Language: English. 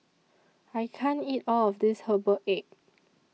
I can't eat All of This Herbal Egg